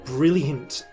brilliant